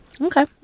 Okay